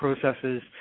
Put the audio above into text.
processes